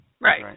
Right